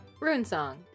Runesong